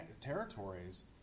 territories